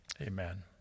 amen